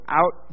out